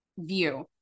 view